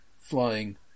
flying